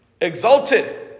exalted